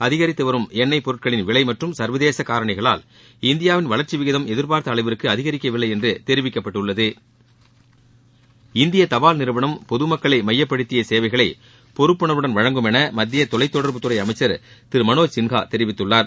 அதிகரித்து வரும் எண்ணெய் பொருட்களின் விலை மற்றும் சர்வதேச காரணிகளால் இந்தியாவின் வளர்ச்சி விகிதம் எதிர்பார்த்த அளவிற்கு அதிகரிக்கவில்லை என்று தெரிவிக்கப்பட்டுள்ளது இந்திய தபால் நிறுவனம் பொதுமக்களை மையப்படுத்திய சேவைகளை பொறுப்புணர்வுடன் வழங்கும் என மத்திய தொலைத் தொடர்புத்துறை அமைச்சர் திரு மனோஜ் சின்ஹா தெரிவித்துள்ளார்